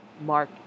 Mark